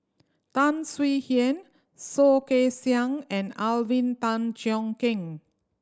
Tan Swie Hian Soh Kay Siang and Alvin Tan Cheong Kheng